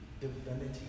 divinity